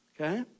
Okay